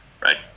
right